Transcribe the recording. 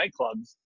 nightclubs